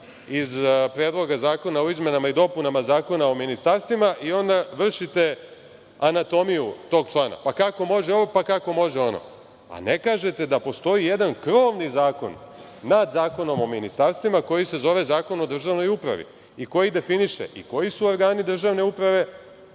iz Predloga zakona o izmenama i dopunama Zakona o ministarstvima i onda vršite anatomiju tog člana, pa kako može on, pa kako može ona, a ne kažete da postoji jedan krovni zakon nad Zakonom o ministarstvima koji se zove Zakon o državnoj upravi i koji definiše i koji su organi državne uprave